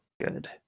Good